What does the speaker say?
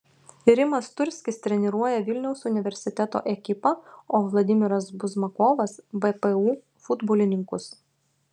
rimas turskis treniruoja vilniaus universiteto ekipą o vladimiras buzmakovas vpu futbolininkus